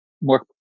more